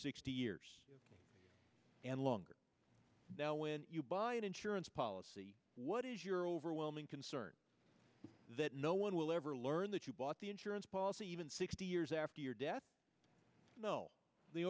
sixty years and longer now when you buy an insurance policy what is your overwhelming concern that no one will ever learn that you bought the insurance policy even sixty years after your death